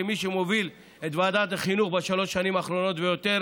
כמי שמוביל את ועדת החינוך בשלוש השנים האחרונות ויותר